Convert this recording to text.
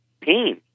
pain